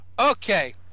Okay